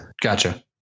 Gotcha